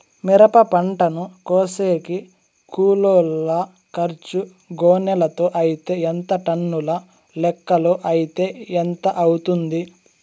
మిరప పంటను కోసేకి కూలోల్ల ఖర్చు గోనెలతో అయితే ఎంత టన్నుల లెక్కలో అయితే ఎంత అవుతుంది?